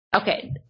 Okay